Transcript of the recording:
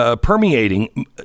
permeating